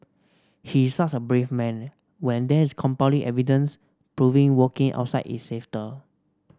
he is such a brave man when there is compelling evidence proving walking outside is safer